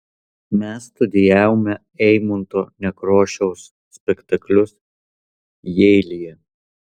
mes studijavome eimunto nekrošiaus spektaklius jeilyje